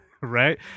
Right